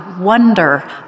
wonder